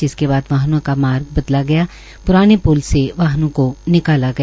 जिसके बाद वाहनों का मार्ग बदला गया प्राने प्ल से वाहनों को निकाला गया